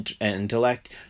intellect